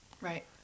Right